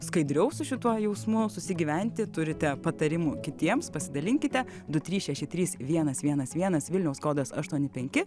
skaidriau su šituo jausmu susigyventi turite patarimų kitiems pasidalinkite du trys šeši trys vienas vienas vienas vilniaus kodas aštuoni penki